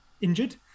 injured